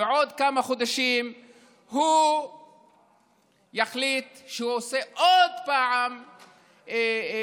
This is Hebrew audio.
בעוד כמה חודשים הוא יחליט שהוא עושה עוד פעם קונפליקט,